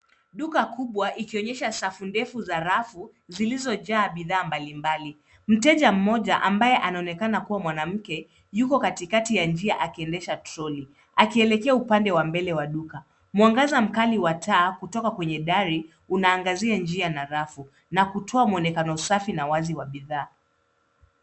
Duka kubwa ikionyesha safu ndefu za rafu zilizojaa bidhaa mbalimbali. Mteja mmoja ambaye anaonekana kuwa mwanamke yuko katikati ya njia akiendesha troli, akielekea upande wa mbele wa duka. Mwangaza mkali wa taa kutoka kwenye dari unaangazia njia na rafu na kutoa mwonekano safi na wazi wa bidhaa.